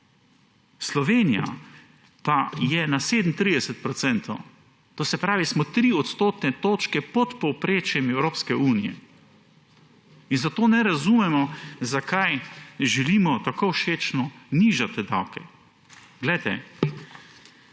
Slovenija je pa na 37 procentih. To se pravi, da smo tri odstotne točke pod povprečjem Evropske unije in zato ne razumemo, zakaj želimo tako všečno nižati te davke.